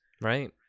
right